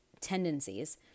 tendencies